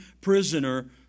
prisoner